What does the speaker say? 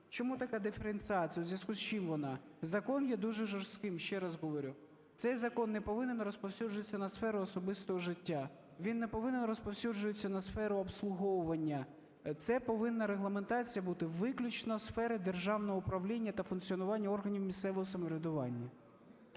Чому така диференціація, в зв'язку з чим вона? Закон є дуже жорстким, ще раз говорю. Цей закон не повинен розповсюджуватися на сферу особистого життя, він не повинен розповсюджуватися на сферу обслуговування, це повинна регламентація бути виключно в сфері державного управління та функціонування органів місцевого самоврядування.